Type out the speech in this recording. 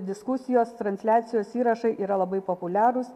diskusijos transliacijos įrašai yra labai populiarūs